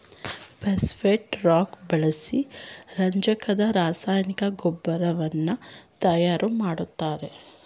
phosphate rock ಬಳಸಿ ರಂಜಕದ ರಾಸಾಯನಿಕ ಗೊಬ್ಬರವನ್ನು ತಯಾರು ಮಾಡ್ತರೆ